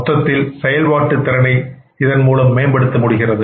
மொத்தத்தில் செயல்பாட்டு திறனை மேம்படுத்த முடிகிறது